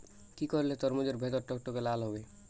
কি করলে তরমুজ এর ভেতর টকটকে লাল হবে?